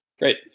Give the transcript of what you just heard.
Great